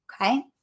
Okay